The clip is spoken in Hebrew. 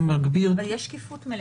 זה מגביר --- אבל יש שקיפות מלאה.